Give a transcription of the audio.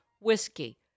whiskey